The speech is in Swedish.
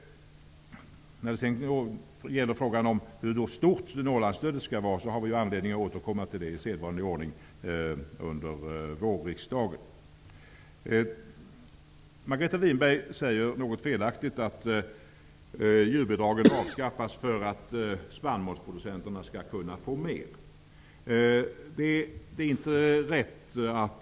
Frågan om hur stort Norrlandsstödet skall vara har vi anledning att återkomma till i sedvanlig ordning under vårriksdagen. Margareta Winberg säger att djurbidragen avskaffas för att spannmålsproducenterna skall kunna få mer. Det är inte riktigt.